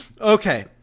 Okay